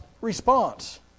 response